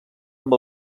amb